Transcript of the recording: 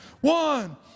one